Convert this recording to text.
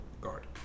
guard